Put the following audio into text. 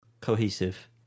cohesive